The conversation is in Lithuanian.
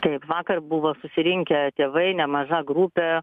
taip vakar buvo susirinkę tėvai nemaža grupė